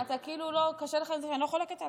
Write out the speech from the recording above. אופיר, כאילו קשה לך להבין, אני לא חולקת עליך.